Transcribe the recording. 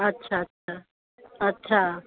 अच्छा अच्छा अच्छा